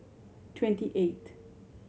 twenty eight